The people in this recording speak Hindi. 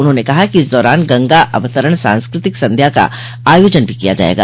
उन्होंने कहा कि इस दौरान गंगा अवतरण सांस्कृतिक संध्या का आयोजन भी किया जायेगा